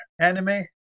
Anime